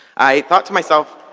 i thought to myself,